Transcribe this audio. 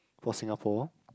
for Singapore